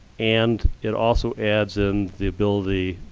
and it also adds in the ability,